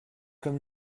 comme